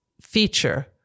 feature